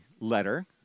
letter